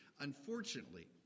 Unfortunately